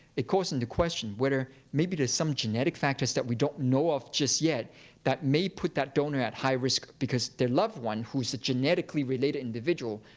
it calls into question whether maybe there's some genetic factors that we don't know of just yet that may put that donor at high risk because their loved one, who's a genetically related individual,